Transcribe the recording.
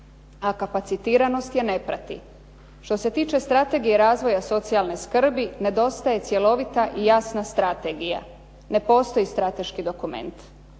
a kapacitiranost je ne prati. Što se tiče strategije razvoja socijalne skrbi nedostaje cjelovita i jasna strategija. Ne postoji strateški dokument.